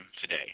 today